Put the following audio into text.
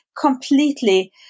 completely